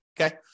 okay